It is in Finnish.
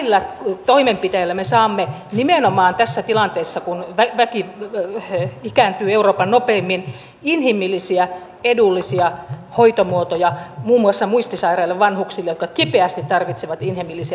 näillä toimenpiteillä me saamme nimenomaan tässä tilanteessa kun väki ikääntyy euroopan nopeimmin inhimillisiä edullisia hoitomuotoja muun muassa muistisairaille vanhuksille jotka kipeästi tarvitsevat inhimillisiä palveluita